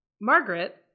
Margaret